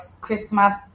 Christmas